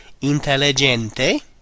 intelligente